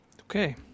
Okay